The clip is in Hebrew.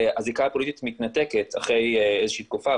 הזיקה הפוליטית מתנתקת אחרי איזה שהיא תקופה,